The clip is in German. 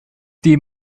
die